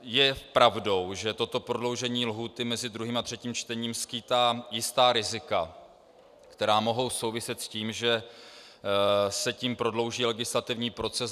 Je pravdou, že toto prodloužení lhůty mezi 2. a 3. čtením skýtá jistá rizika, která mohou souviset s tím, že se tím prodlouží legislativní proces.